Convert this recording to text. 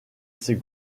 ses